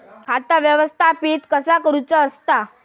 खाता व्यवस्थापित कसा करुचा असता?